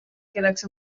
kelleks